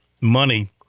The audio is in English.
money